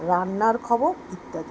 রান্নার খবর ইত্যাদি